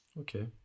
Okay